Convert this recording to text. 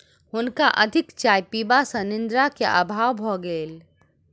हुनका अधिक चाय पीबा सॅ निद्रा के अभाव भ गेल